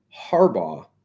Harbaugh